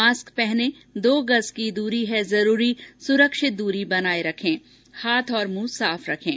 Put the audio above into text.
mask पहनें दो गज़ की दूरी है जरूरी सुरक्षित दूरी बनाए रखें हाथ और मुंह साफ रखें